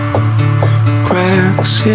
Cracks